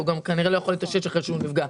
הוא כנראה לא יכול להתאושש אחרי שהוא נפגע.